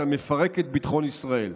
אתה מפרק את ביטחון ישראל,